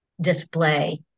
display